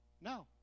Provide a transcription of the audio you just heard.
no